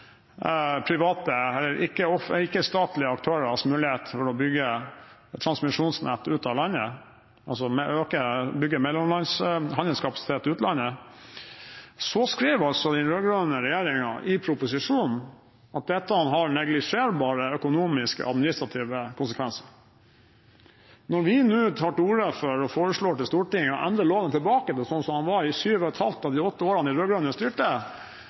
aktørers mulighet for å bygge et transmisjonsnett ut av landet – altså bygge handelskapasitet til utlandet – skrev den rød-grønne regjeringen i proposisjonen at dette har neglisjerbare, økonomiske og administrative konsekvenser. Når vi nå tar til orde for å foreslå for Stortinget å endre loven tilbake til sånn som den var i sju og et halvt av de åtte årene de rød-grønne styrte,